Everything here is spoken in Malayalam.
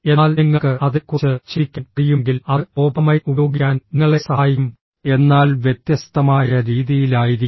എന്നാൽ നിങ്ങൾക്ക് അതിനെക്കുറിച്ച് ചിന്തിക്കാൻ കഴിയുമെങ്കിൽ അത് ഡോപാമൈൻ ഉപയോഗിക്കാൻ നിങ്ങളെ സഹായിക്കും എന്നാൽ വ്യത്യസ്തമായ രീതിയിലായിരിക്കും